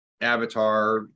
Avatar